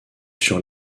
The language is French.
sur